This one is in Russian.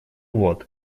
вот